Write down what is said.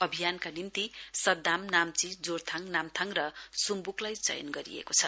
अभियानका निम्ति सदाम नाम्ची जोरथाङ नाम्थाङ र सुम्बुकलाई चयन गरिएको छ